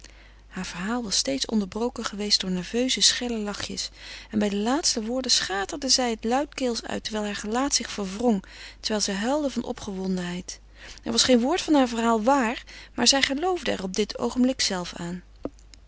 haar verhaal was steeds onderbroken geweest door nerveuze schelle lachjes en bij de laatste woorden schaterde zij het luidkeels uit terwijl haar gelaat zich verwrong terwijl zij huilde van opgewondenheid er was geen woord van haar verhaal waar maar zij geloofde er op dit oogenblik zelve aan